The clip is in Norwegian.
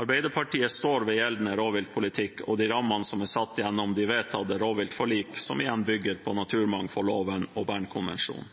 Arbeiderpartiet står ved gjeldende rovviltpolitikk og de rammene som er satt gjennom de vedtatte rovviltforlik, som igjen bygger på naturmangfoldloven og Bernkonvensjonen.